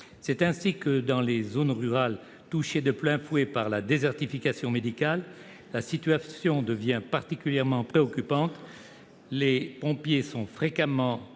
C'est ainsi que, dans les zones rurales touchées de plein fouet par la désertification médicale, la situation devient particulièrement préoccupante. Les pompiers sont fréquemment